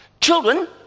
Children